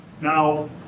Now